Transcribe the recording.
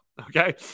Okay